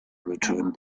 returned